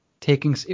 taking